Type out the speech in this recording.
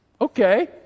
Okay